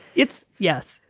it's yes.